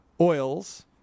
oils